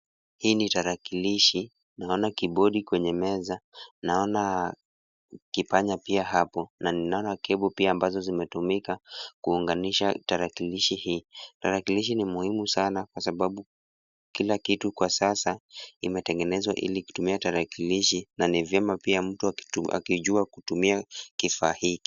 Hii ni tarakilishi, naona kibodi kwenye meza, naona kipanya pia hapo na ninaona cable pia ambazo zimetumika kuunganisha tarakilishi hii. Tarakilishi ni muhimu sana kwa sababu kila kitu kwa sasa imetengenezwa ili kutumia tarakilishi na ni vyema pia mtu akijua kutumia kifaa hiki.